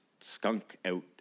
skunk-out